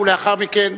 ולאחר מכן,